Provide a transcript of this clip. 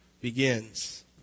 begins